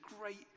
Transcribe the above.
great